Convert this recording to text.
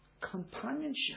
companionship